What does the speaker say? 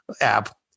app